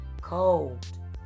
cold